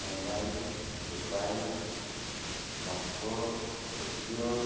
Mumbai Dubai Moscow Tokyo